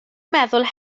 meddwl